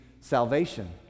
salvation